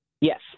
Yes